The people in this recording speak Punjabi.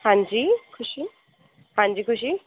ਹਾਂਜੀ ਖੁਸ਼ੀ ਹਾਂਜੀ ਖੁਸ਼ੀ